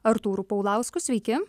artūru paulausku sveiki